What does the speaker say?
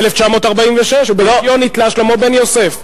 נכון, ב-1946, ובעטיו נתלה שלמה בן יוסף.